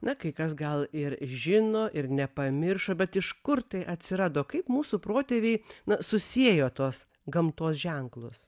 na kai kas gal ir žino ir nepamiršo bet iš kur tai atsirado kaip mūsų protėviai na susiejo tuos gamtos ženklus